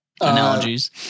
analogies